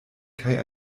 kaj